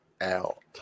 out